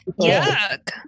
Yuck